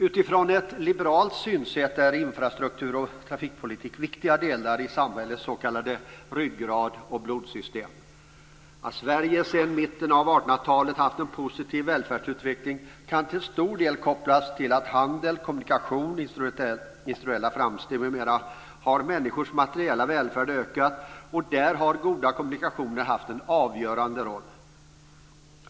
Utifrån ett liberalt synsätt är infrastruktur och trafikpolitik viktiga delar i samhällets s.k. ryggrad och blodsystem. Att Sverige sedan mitten av 1800-talet har haft en positiv välfärdsutveckling kan till stor del kopplas till handel, kommunikation, industriella framsteg, m.m. Människors materiella välfärd har ökat och där har goda kommunikationer haft en avgörande roll.